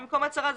במקום הצהרה.